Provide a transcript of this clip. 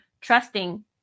trusting